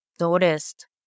Noticed